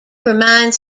reminds